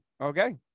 Okay